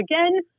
again—